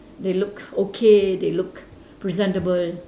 they look okay they look presentable